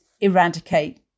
eradicate